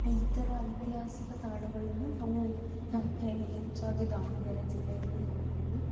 ಈ ಥರ ಐತಿಹಾಸಿಕ ತಾಣಗಳನ್ನು ನಾವು ಹೆಚ್ಚಾಗಿ ದಾವಣಗೆರೆ ಜಿಲ್ಲೆಯಲ್ಲಿ ನೋಡ್ಬೋದು